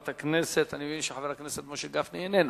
אני מבין שחבר הכנסת משה גפני איננו.